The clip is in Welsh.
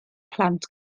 plant